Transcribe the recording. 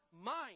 mind